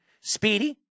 Speedy